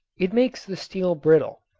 it makes the steel brittle.